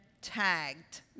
tagged